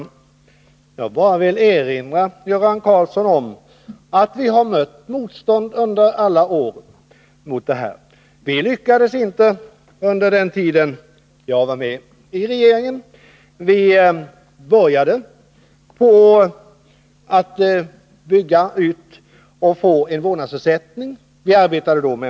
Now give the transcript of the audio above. Herr talman! Jag vill bara erinra Göran Karlsson om att vi har mött motstånd mot det här under alla år. Vi lyckades inte genomföra det under den tid jag var med i regeringen. Vi började då arbetet med en proposition med förslag till en utbyggd vårdnadsersättning.